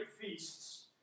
feasts